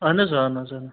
اہن حظ اہن حظ اہن